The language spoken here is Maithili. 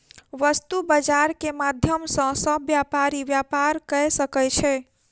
वस्तु बजार के माध्यम सॅ सभ व्यापारी व्यापार कय सकै छै